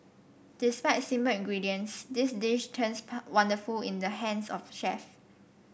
despite simple ingredients this dish turns wonderful in the hands of chef